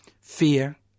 fear